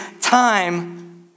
Time